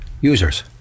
users